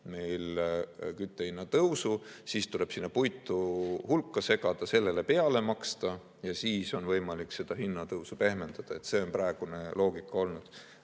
meil küttehinna tõusu. Sinna tuleks puitu hulka segada, sellele peale maksta ja siis on võimalik seda hinnatõusu pehmendada. See on praegune loogika olnud.